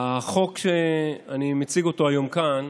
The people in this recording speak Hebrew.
החוק שאני מציג היום כאן